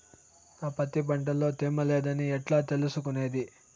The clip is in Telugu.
నా పత్తి పంట లో తేమ లేదని ఎట్లా తెలుసుకునేది?